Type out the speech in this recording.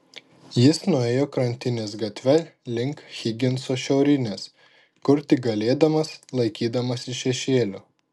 jis nuėjo krantinės gatve link higinso šiaurinės kur tik galėdamas laikydamasis šešėlio